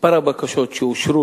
מספר הבקשות שאושרו,